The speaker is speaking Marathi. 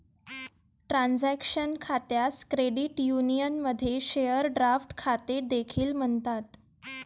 ट्रान्झॅक्शन खात्यास क्रेडिट युनियनमध्ये शेअर ड्राफ्ट खाते देखील म्हणतात